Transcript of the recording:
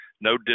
no